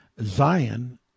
Zion